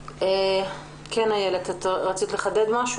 איילת, רצית לחדד?